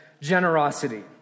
generosity